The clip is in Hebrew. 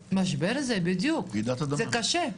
זה קשה,